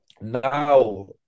now